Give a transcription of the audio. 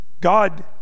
God